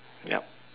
yup